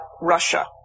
Russia